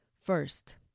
First